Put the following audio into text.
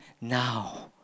now